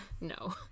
No